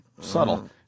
subtle